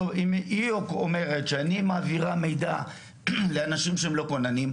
היא אומרת שהיא מעבירה מידע לאנשים שהם לא כוננים,